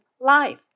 life